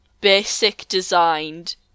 basic-designed